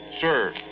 Sir